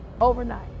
overnight